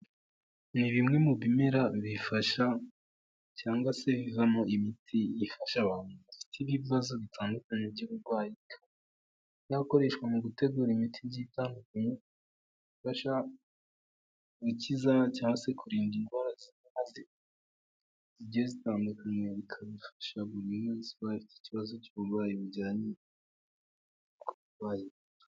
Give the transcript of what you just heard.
Ni bimwe mu bimera bifasha cyangwa se bivamo imiti ifasha abantu bafite'ibibazo bitandukanye by'uburwayi n'abakoreshwa mu gutegura imiti zitandukanye, ifasha gukizaza cyangwa se kurinda idwara ibyo zitandukanyeka bikanafasha buri munsi bafite ikibazo cy'uburwayi bujyanye.